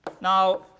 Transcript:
Now